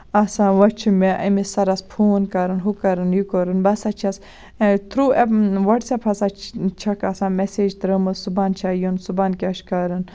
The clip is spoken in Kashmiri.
آسان وۄنۍ چھُ مےٚ أمِس سَرَس فون کَرُن ہُہ کَرُن یہِ کَرُن بہٕ سا چھَس تھروٗ وَٹٕس اَپ ہسا چھکھ آسان میسیج ترٲومٕژ صبُحن چھےٚ یُن صبُحن کیاہ چھُ کرُن